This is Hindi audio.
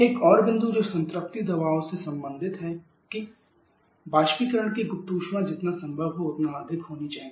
एक और बिंदु जो संतृप्ति दबाव से संबंधित है कि वाष्पीकरण की गुप्त ऊष्मा जितना संभव हो उतना अधिक होनी चाहिए